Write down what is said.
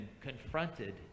confronted